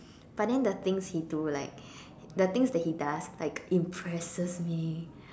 but then the things he do like the things that he does impresses me